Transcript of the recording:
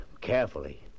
carefully